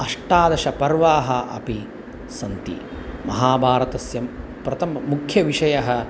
अष्टादशपर्वाः अपि सन्ति महाभारतस्य प्रथमः मुख्यविषयः